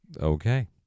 okay